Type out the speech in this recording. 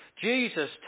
Jesus